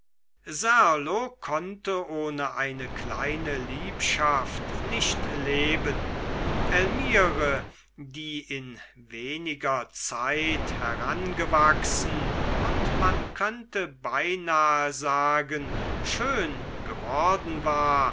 serlo konnte ohne eine kleine liebschaft nicht leben elmire die in weniger zeit herangewachsen und man könnte beinahe sagen schön geworden war